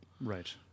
Right